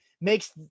makes